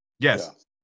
Yes